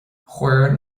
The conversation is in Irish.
chuir